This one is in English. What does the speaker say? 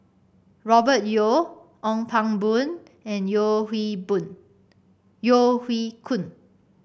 Robert Yeo Ong Pang Boon and Yeo Hoe Boon Yeo Hoe Koon